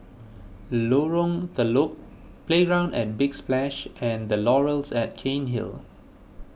Lorong Telok Playground at Big Splash and the Laurels at Cairnhill